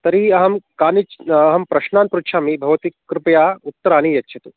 तर्हि अहं कानिच् अहं प्रश्नान् पृच्छामि भवती कृपया उत्तराणि यच्छतु